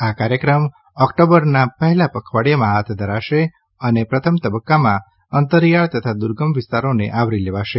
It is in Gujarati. આ કાર્યક્રમ ઓક્ટોબરના પહેલા પખવાડિયામાં હાથ ધરાશે અને પ્રથમ તબક્કામાં અંતરીયાળ તથા દુર્ગમ વિસ્તારોને આવરી લેવાશે